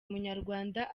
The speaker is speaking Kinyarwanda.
munyarwanda